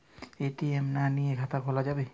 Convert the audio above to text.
ATM না নিয়ে খাতা খোলা যাবে?